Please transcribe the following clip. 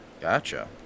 Gotcha